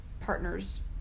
partner's